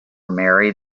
marry